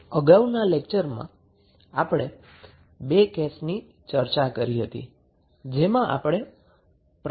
અગાઉના ક્લાસમાં આપણે 2 કેસ ની ચર્ચા કરી હતી